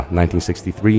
1963